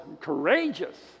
courageous